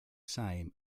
same